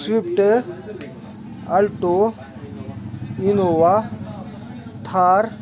swift alto Innova Thar